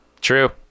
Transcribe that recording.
True